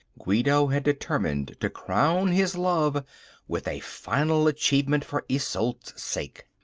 guido had determined to crown his love with a final achievement for isolde's sake.